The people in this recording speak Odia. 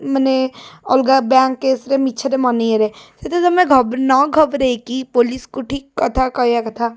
ମାନେ ଅଲଗା ବ୍ୟାଙ୍କ୍ କେସ୍ରେ ମିଛରେ ମନି ଇଏରେ ସେଥିରେ ତୁମେ ନ ଘବରେଇକି ପୋଲିସ୍କୁ ଠିକ୍ କଥା କହିବା କଥା